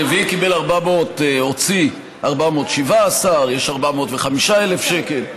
הרביעי הוציא 417,000, יש 405,000 שקל.